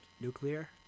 Nuclear